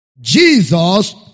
Jesus